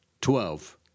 Twelve